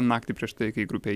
naktį prieš tai kai grupė